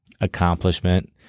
accomplishment